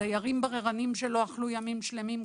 דיירים בררנים שלא אכלו ימים שלמים,